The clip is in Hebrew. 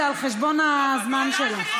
זה על חשבון הזמן שלה.